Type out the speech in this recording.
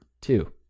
two